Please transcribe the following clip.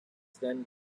then